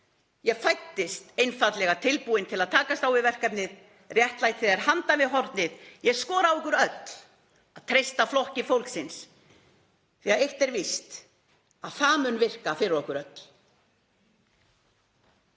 Ég fæddist einfaldlega tilbúin til að takast á við verkefnið. Réttlætið er handan við hornið. Ég skora á ykkur öll að treysta Flokki fólksins því að eitt er víst; það mun virka fyrir okkur öll.